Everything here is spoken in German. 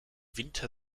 winter